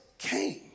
came